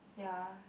ya